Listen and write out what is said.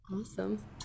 awesome